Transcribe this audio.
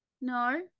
No